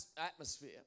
atmosphere